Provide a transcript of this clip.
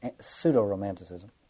pseudo-romanticism